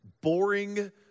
boring